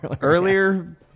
earlier